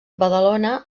badalona